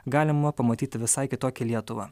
galima pamatyti visai kitokią lietuvą